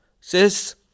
Sis